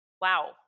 wow